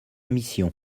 mission